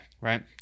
Right